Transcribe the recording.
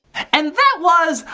and that was.